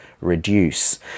reduce